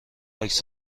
عکس